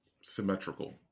symmetrical